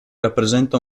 rappresenta